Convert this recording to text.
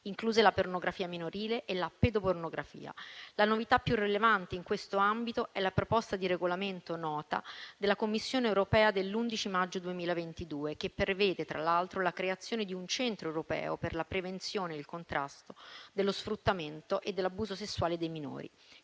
incluse la pornografia minorile e la pedopornografia. La novità più rilevante in questo ambito è la proposta di regolamento della Commissione europea dell'11 maggio 2022, che prevede tra l'altro la creazione di un centro europeo per la prevenzione e il contrasto dello sfruttamento e dell'abuso sessuale dei minori,